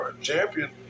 champion